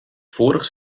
vorig